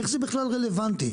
איך זה בכלל רלוונטי?